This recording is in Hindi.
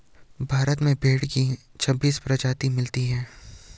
भारत में भेड़ की छब्बीस प्रजाति मिलती है